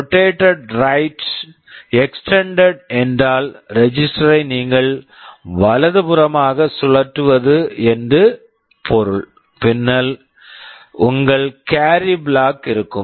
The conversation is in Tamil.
rotate right extended rotate right extended என்றால் ரெஜிஸ்டர் register ஐ நீங்கள் வலதுபுறமாக சுழற்றுவது என்று பொருள் பின்னர் உங்கள் கேரி carry பிளாக் flag இருக்கும்